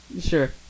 Sure